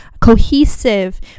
cohesive